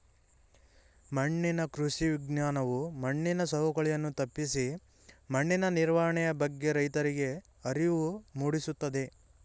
ಮಣ್ಣಿನ ಕೃಷಿ ವಿಜ್ಞಾನವು ಮಣ್ಣಿನ ಸವಕಳಿಯನ್ನು ತಪ್ಪಿಸಿ ಮಣ್ಣಿನ ನಿರ್ವಹಣೆ ಬಗ್ಗೆ ರೈತರಿಗೆ ಅರಿವು ಮೂಡಿಸುತ್ತದೆ